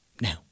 Now